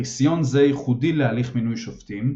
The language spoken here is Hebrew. חסיון זה ייחודי להליך מינוי שופטים,